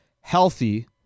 Healthy